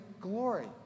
glory